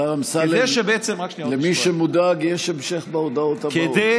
השר אמסלם, למי שמודאג, יש המשך בהודעות הבאות.